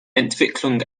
entwicklung